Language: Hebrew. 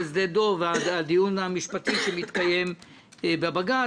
שדה דב והדיון המשפטי שמתקיים בבג"ץ,